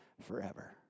forever